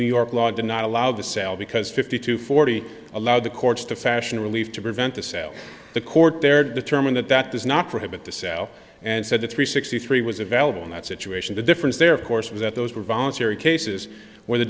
new york law did not allow the sale because fifty to forty allow the courts to fashion relief to prevent the sale the court there determined that that does not prohibit the sell and said the three sixty three was available in that situation the difference there of course was that those were voluntary cases where the